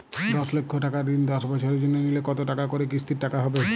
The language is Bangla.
দশ লক্ষ টাকার ঋণ দশ বছরের জন্য নিলে কতো টাকা করে কিস্তির টাকা হবে?